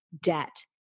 debt